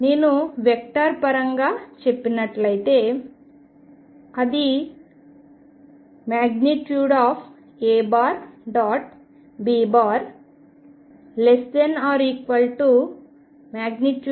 నేను వెక్టర్స్ పరంగా చెప్పినట్లయితే అది |A B |≤|A ||B|